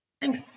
Thanks